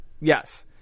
Yes